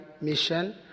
mission